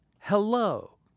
Hello